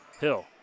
Hill